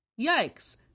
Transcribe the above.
Yikes